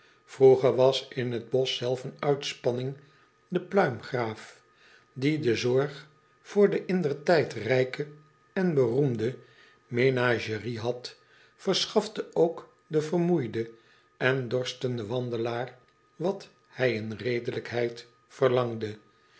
roeger was in het bosch zelf een uitspanning e pluimgraaf die de zorg voor de indertijd rijke en beroemde menagerie had verschafte ook den vermoeiden en dorstenden wandelaar wat hij in redelijkheid verlangde